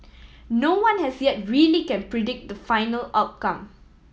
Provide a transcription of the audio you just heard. no one as yet really can predict the final outcome